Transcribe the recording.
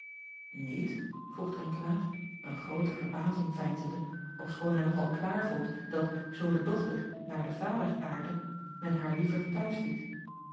iet vroeg renkelaer een groote verbazing vein acob van ennep laasje evenster delen zende ofschoon hij nog al klaar vond dat zoo de dochter naar den vader aardde men haar liever t